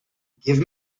give